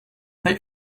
they